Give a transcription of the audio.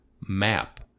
map